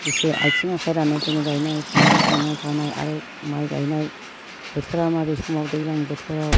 एसे आथिं आखाइ रानायनिफ्रायनो गायनाय फुनाय संनाय खावनाय आरो माइ गायनाय बोथोरा माबे समाव दैज्लां बोथोराव